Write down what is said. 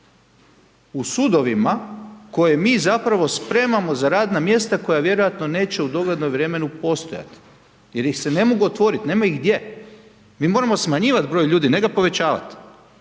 u sudovima koje mi zapravo spremamo za radna mjesta koja vjerojatno neće u doglednom vremenu postojati, jer ih se ne mogu otvoriti, nemaju gdje. Mi moramo smanjivati broj ljudi, ne ga povećavati.